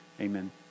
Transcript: Amen